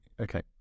Okay